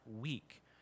week